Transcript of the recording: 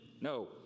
no